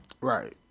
Right